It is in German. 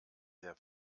der